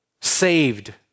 Saved